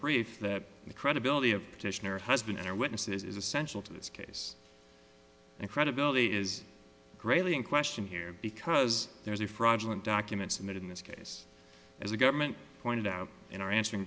brief that the credibility of petitioner husband and her witnesses is essential to this case and credibility is greatly in question here because there's a fraudulent documents in that in this case as the government pointed out in our answering